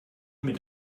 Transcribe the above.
mit